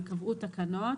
ייקבעו תקנות,